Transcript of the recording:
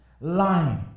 lying